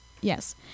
yes